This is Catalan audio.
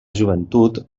joventut